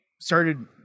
started